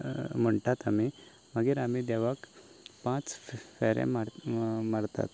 म्हणटात आमी मागीर आमी देवाक पांच फेरें मार मारतात